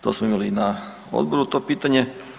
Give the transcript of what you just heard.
To smo imali i na odboru to pitanje.